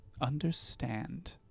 Understand